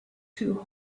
two